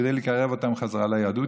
כדי לקרב אותם בחזרה ליהדות,